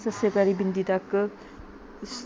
ਸੱਸੇ ਪੈਰੀਂ ਬਿੰਦੀ ਤੱਕ ਸ